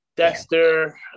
Dexter